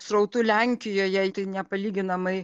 srautu lenkijoje tai nepalyginamai